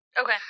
Okay